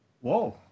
Whoa